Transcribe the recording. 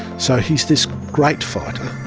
so he is this great fighter,